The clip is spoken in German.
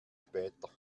später